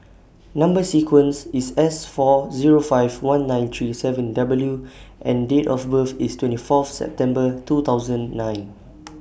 Number sequence IS S four Zero five one nine three seven W and Date of birth IS twenty Fourth September two thousand nine